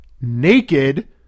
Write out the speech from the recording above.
Naked